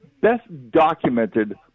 best-documented